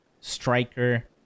Striker